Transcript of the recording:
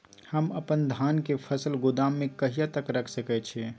हम अपन धान के फसल गोदाम में कहिया तक रख सकैय छी?